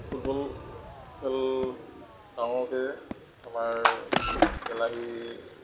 football খেল ডাঙৰকৈ আমাৰ তেলাহী